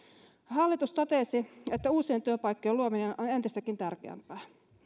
hallitus totesi että uusien työpaikkojen luominen on entistäkin tärkeämpää